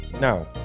Now